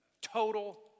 Total